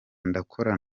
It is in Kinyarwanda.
ndakora